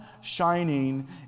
shining